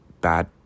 bad